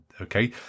okay